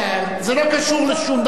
זה לא קשור לשום דבר.